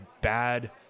bad